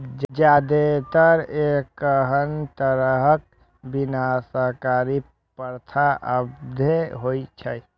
जादेतर एहन तरहक विनाशकारी प्रथा अवैध होइ छै